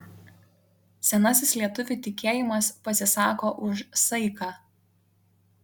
senasis lietuvių tikėjimas pasisako už saiką